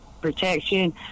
protection